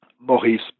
Maurice